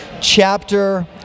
chapter